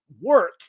work